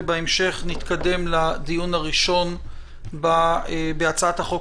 ובהמשך נתקדם לדיון הראשון בהצעת החוק